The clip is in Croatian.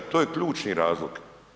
To je ključni razlog.